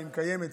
אם קיימת פה,